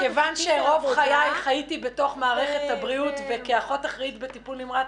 כיוון שרוב חיי חייתי בתוך מערכת הבריאות כאחות אחראית בטיפול נמרץ,